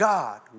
God